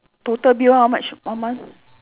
total bill how much one month